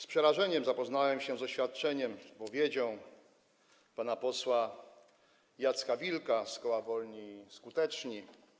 Z przerażeniem zapoznałem się z oświadczeniem, wypowiedzią pana posła Jacka Wilka z koła Wolni i Skuteczni.